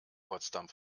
potsdam